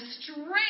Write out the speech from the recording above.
strength